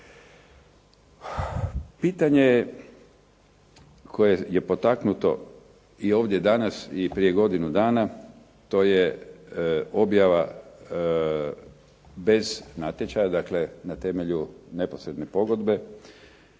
Pitanje koje je potaknuto i ovdje danas i prije godinu dana, to je objava bez natječaja, dakle na temelju neposredne pogodbe